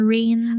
Rain